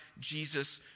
Jesus